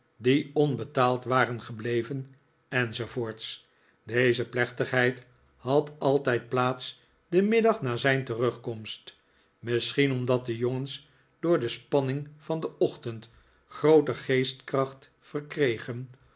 die onbetaald waren gebleven enz deze plechtigheid had altijd plaats den middag na zijn terugkomst misschien omdat de jongens door de spanning van den ochtend gfooter geestkracht verkregen